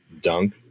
dunk